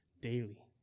daily